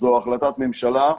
זו החלטת ממשלה.